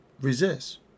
resist